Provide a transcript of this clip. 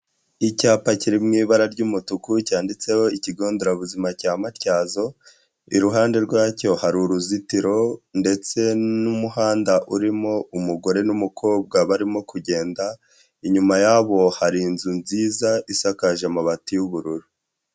Icyapa kiri mu ibara ry'umutuku cyanditseho ikigo nderabuzima cya Matyazo, iruhande rwacyo hari uruzitiro ndetse n'umuhanda urimo umugore n'umukobwa barimo kugenda, inyuma yabo hari inzu nziza isakaje amabati y'ubururu.